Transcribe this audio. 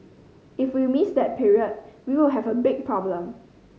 if we miss that period we will have a big problem